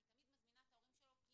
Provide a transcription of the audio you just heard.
היא תמיד מזמינה את ההורים שלו כי